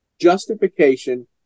justification